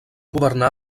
governar